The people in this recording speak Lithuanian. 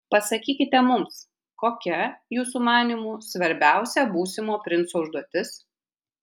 pasakykite mums kokia jūsų manymu svarbiausia būsimo princo užduotis